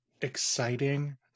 exciting